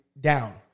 down